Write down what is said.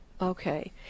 Okay